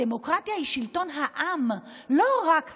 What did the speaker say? דמוקרטיה היא שלטון העם, לא רק הרוב.